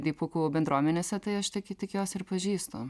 dipukų bendruomenėse tai aš tik tik juos ir pažįstu